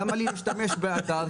למה להשתמש באתר,